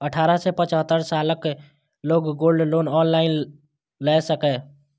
अठारह सं पचहत्तर सालक लोग गोल्ड लोन ऑनलाइन लए सकैए